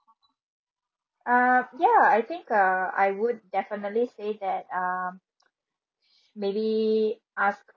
uh ya I think uh I would definitely say that uh maybe ask